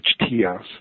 HTS